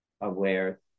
aware